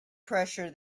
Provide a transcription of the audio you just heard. pressure